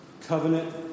covenant